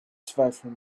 zweifel